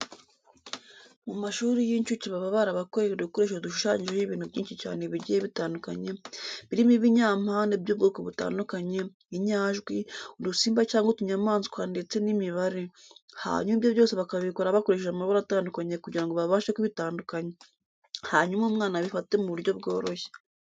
Mu mashuri y'incuke baba barabakoreye udukoresho dushushanyijeho ibintu byinshi cyane bigiye bitandukanye, birimo ibinyampande by'ubwoko butandandukanye, inyajwi, udusimba cyangwa utunyamaswa ndetse n'imibare, hanyuma ibyo byose bakabikora bakoresheje amabara atandukanye kugira ngo babashe kubitandakanya, hanyuma umwana abifate mu buryo bworoshye.